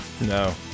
No